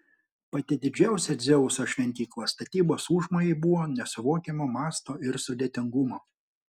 pati didžiausia dzeuso šventykla statybos užmojai buvo nesuvokiamo masto ir sudėtingumo